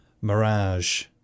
mirage